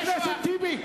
תודה, חבר הכנסת טיבי.